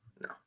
No